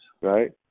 Right